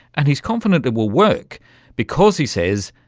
and he's confident it will work because, he says,